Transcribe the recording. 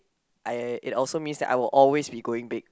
I it also means that I will always be going big